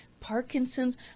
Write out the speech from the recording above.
Parkinson's